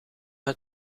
het